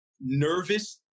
nervous